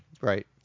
Right